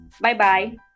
Bye-bye